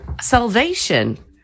salvation